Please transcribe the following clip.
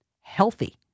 healthy